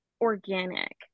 organic